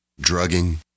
drugging